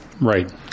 Right